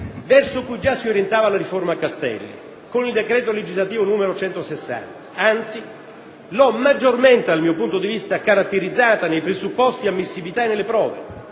verso cui già si orientava la riforma Castelli con il decreto legislativo n. 160 del 2006; anzi l'ho maggiormente, dal mio punto di vista, caratterizzata nei presupposti di ammissibilità e nelle prove.